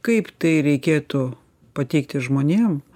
kaip tai reikėtų pateikti žmonėm